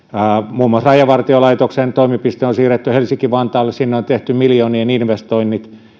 muun muassa rajavartiolaitoksen toimipiste on siirretty helsinki vantaalle sinne on tehty miljoonien investoinnit